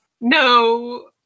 No